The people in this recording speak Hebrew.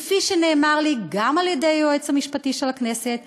כפי שנאמר לי גם על-ידי היועץ המשפטי של הכנסת,